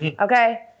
Okay